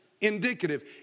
indicative